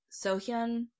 Sohyun